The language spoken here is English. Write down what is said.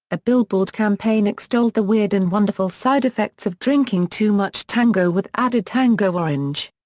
a billboard campaign extolled the weird and wonderful side effects of drinking too much tango with added tango orange.